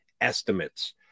Estimates